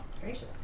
Gracious